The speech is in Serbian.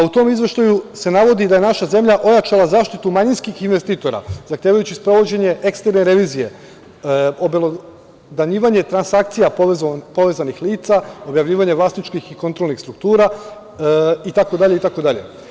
U tom izveštaju se navodi da je naša zemlja ojačala zaštitu manjinskih investitora, zahtevajući sprovođenje eksterne revizije, obelodanjivanje transakcija povezanih lica, objavljivanje vlasničkih i kontrolnih struktura, i tako dalje.